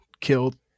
killed